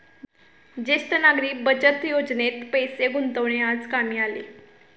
ज्येष्ठ नागरिक बचत योजनेत पैसे गुंतवणे आज कामी आले